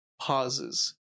pauses